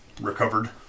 recovered